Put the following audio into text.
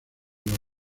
los